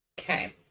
Okay